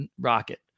Rocket